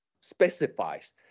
specifies